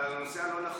אבל על הנושא הלא-נכון.